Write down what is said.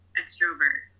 extrovert